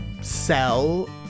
sell